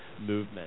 movement